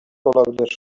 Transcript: olabilir